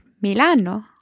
Milano